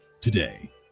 today